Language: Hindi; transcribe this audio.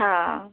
हाॅं